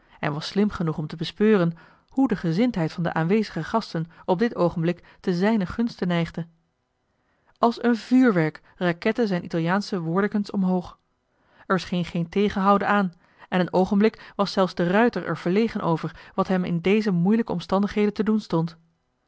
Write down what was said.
en was slim genoeg om te bespeuren hoe de gezindheid van de aanwezige gasten op dit oogenblik te zijnen gunste neigde als een vuurwerk rakett'en zijn italiaansche woordenkens omhoog er scheen geen tegenhouden aan en een oogenblik was zelfs de ruijter er verlegen over wat hem in deze moeilijke omstandigheden te doen stond